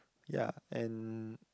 ya and